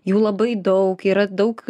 jų labai daug yra daug